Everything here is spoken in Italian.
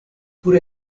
pur